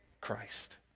Christ